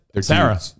Sarah